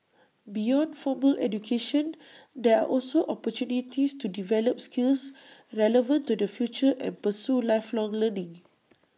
beyond formal education there are also opportunities to develop skills relevant to the future and pursue lifelong learning